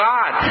God